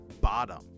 bottom